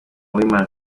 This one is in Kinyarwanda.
uwimana